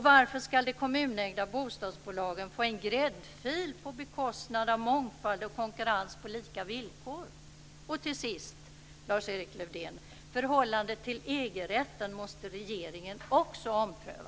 Varför ska de kommunägda bostadsbolagen få en gräddfil på bekostnad av mångfald och konkurrens på lika villkor? Och till sist, Lars-Erik Lövdén: Förhållandet till EG-rätten måste regeringen också ompröva.